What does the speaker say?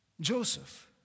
Joseph